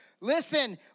Listen